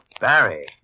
Barry